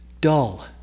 dull